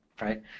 right